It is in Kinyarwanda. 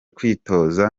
kwitoza